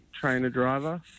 trainer-driver